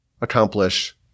accomplish